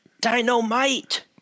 Dynamite